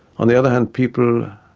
on the other hand, people,